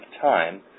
time